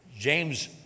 James